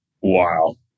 Wow